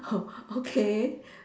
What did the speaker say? oh okay